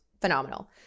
phenomenal